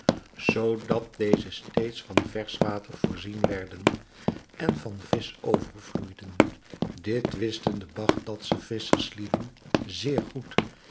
zoodat deze steeds van versch water voorzien werden en van visch overvloeiden dit wisten de bagdadsche visscherlieden zeer goed